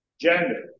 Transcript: Gender